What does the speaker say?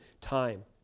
time